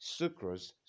sucrose